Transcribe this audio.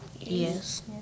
Yes